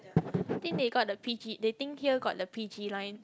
think they got the p_g they think here got the p_g line